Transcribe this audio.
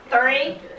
three